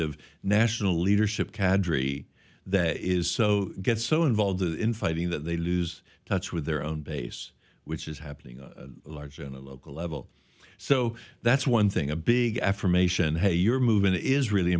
of national leadership cadre that is so get so involved in fighting that they lose touch with their own base which is happening largely on the local level so that's one thing a big affirmation hey your movement is really